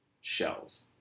shells